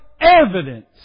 evidence